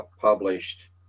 published